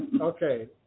Okay